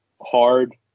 hard